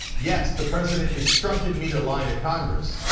yes, the president instructed me to lie to congress.